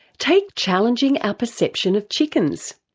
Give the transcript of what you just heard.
take challenging our perception of chickens.